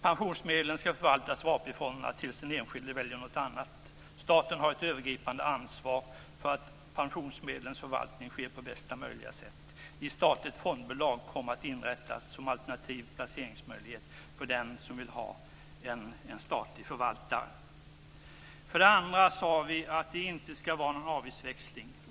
Pensionsmedlen skall förvaltas av AP-fonderna tills den enskilde väljer något annat. Staten har ett övergripande ansvar för att pensionsmedlens förvaltning sker på bästa möjliga sätt. Ett statligt fondbolag kommer att inrättas som alternativ placeringsmöjlighet för den som vill ha en statlig förvaltare. För det andra sade vi att det inte skall vara en avgiftsväxling.